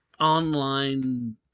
online